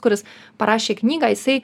kuris parašė knygą jisai